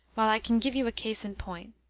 well, i can give you a case in point.